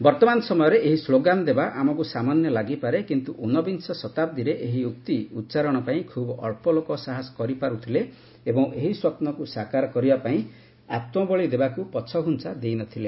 ବର୍ତ୍ତମାନ ସମୟରେ ଏହି ସ୍ଲୋଗାନ ଦେବା ଆମକୁ ସାମାନ୍ୟ ଲାଗିପାରେ କିନ୍ତୁ ଊନ୍ନବିଂଶ ଶତାବ୍ଦୀରେ ଏହି ଉକ୍ତି ଉଚ୍ଚାରଣ ପାଇଁ ଖୁବ୍ ଅକ୍ଷ ଲୋକ ସାହସ କରିପାରୁଥିଲେ ଏବଂ ଏହି ସ୍ୱପ୍ନକୁ ସାକାର କରିବା ପାଇଁ ଆତ୍ମବଳି ଦେବାକୁ ପ୍ରି ଅପ୍ରେଞ୍ଚ ଦେଇନଥିଲେ